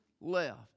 left